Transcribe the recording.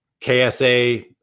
KSA